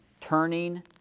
turning